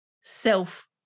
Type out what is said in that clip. self